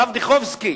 הרב דיכובסקי,